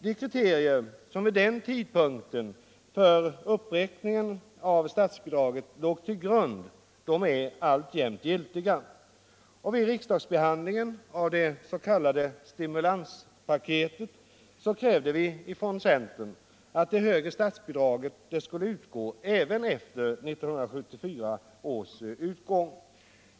De kriterier som vid tidpunkten för uppräkningen av statsbidraget låg till grund är alltjämt giltiga. Vid riksdagsbehandlingen av det s.k. stimulanspaketet krävde vi från centern att det högre statsbidraget skulle utgå även efter 1974 års utgång.